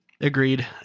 Agreed